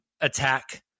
attack